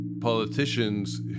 politicians